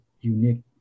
unique